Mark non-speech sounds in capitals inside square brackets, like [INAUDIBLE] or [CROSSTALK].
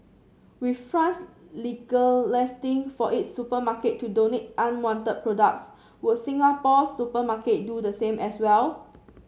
with France [UNINTELLIGIBLE] for its supermarket to donate unwanted products will Singapore's supermarket do the same as well